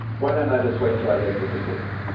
why don't and i just wait till i get the disease?